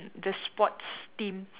the sports teams